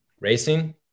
racing